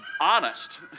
honest